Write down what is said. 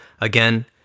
again